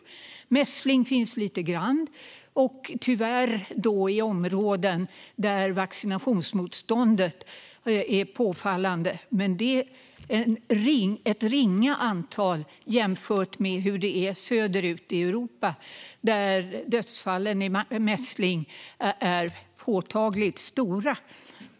Lite mässling finns, och då tyvärr i områden där vaccinationsmotståndet är påfallande. Det är dock ett ringa antal jämfört med hur det ser ut söderut i Europa, där dödstalen i mässling är påtagligt stora.